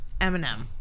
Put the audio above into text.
Eminem